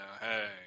hey